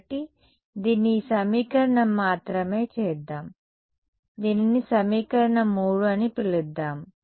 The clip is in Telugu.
కాబట్టి దీన్ని ఈ సమీకరణం మాత్రమే చేద్దాం దీనిని సమీకరణం 3 అని పిలుద్దాం